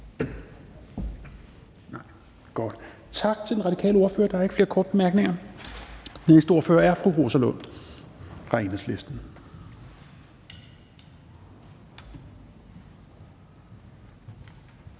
Tak til den radikale ordfører. Der er ikke flere korte bemærkninger. Næste ordfører er fru Rosa Lund fra Enhedslisten.